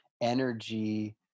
energy